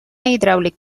hidràulic